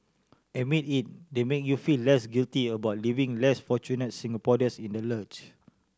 admit it they make you feel less guilty about leaving less fortunate Singapore this in the lurch